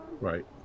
Right